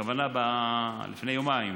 הכוונה, לפני יומיים,